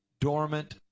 dormant